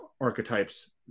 archetypes